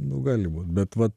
nu gali būt bet va